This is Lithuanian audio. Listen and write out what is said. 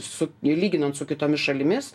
su lyginant su kitomis šalimis